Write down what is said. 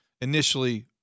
initially